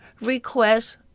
request